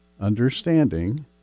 understanding